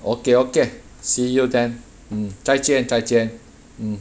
okay okay see you then mm 再见再见 mm